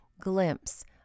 glimpse